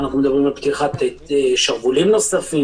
אנחנו מדברים על פתיחת שרוולים נוספים